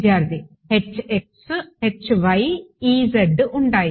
విద్యార్థి ఉంటాయి